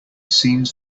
seems